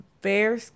fair